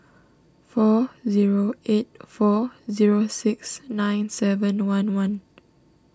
four zero eight four zero six nine seven one one